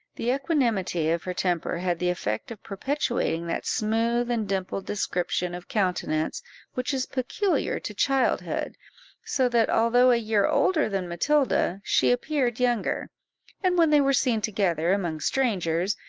the equanimity of her temper had the effect of perpetuating that smooth and dimpled description of countenance which is peculiar to childhood so that, although a year older than matilda, she appeared younger and when they were seen together among strangers,